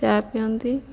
ଚା ପିଅନ୍ତି